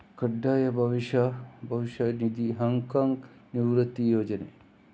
ಕಡ್ಡಾಯ ಭವಿಷ್ಯ ನಿಧಿ, ಹಾಂಗ್ ಕಾಂಗ್ನ ನಿವೃತ್ತಿ ಯೋಜನೆ